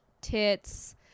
tits